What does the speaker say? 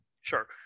Sure